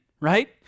right